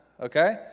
Okay